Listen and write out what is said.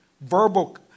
Verbal